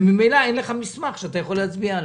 וממילא אין לך מסמך שאתה יכול להצביע עליו,